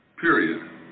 Period